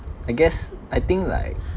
I guess I think like